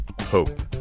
hope